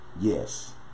Yes